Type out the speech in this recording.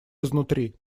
изнутри